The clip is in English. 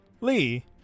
Lee